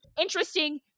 Interesting